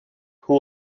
who